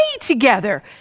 together